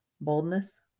boldness